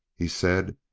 he said.